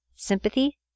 Sympathy